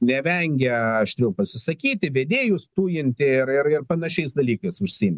nevengia aštriau pasisakyti vedėjus tujinti ir ir panašiais dalykais užsiimti